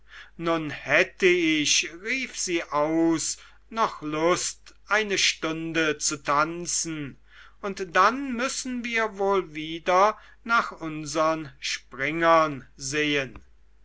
nun hätte ich rief sie aus noch lust eine stunde zu tanzen und dann müssen wir wohl wieder nach unsern springern sehen